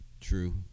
True